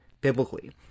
biblically